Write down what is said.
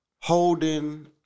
holding